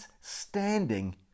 standing